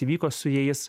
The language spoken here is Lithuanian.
įvyko su jais